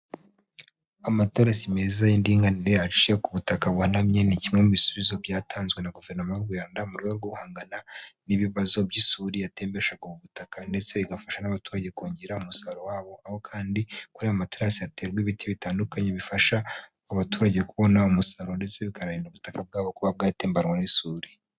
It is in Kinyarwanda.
Amaterasi meza y'indinganire aciye ku butaka buhanamye ni kimwe mu bisubizo byatanzwe na guverinoma y'u Rwanda mu rwego rwo guhangana n'ibibazo by'isuri yatembeshaga ubutaka ndetse igafasha n'abaturage kongera umusaruro wabo aho kandi kuri ayo materasi haterwa ibiti bitandukanye bifasha abaturage kubona umusaruro ndetse bikanarinda ubutaka bwbo kuba bwatembanwa n'isuri.